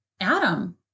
Adam